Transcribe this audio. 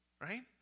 right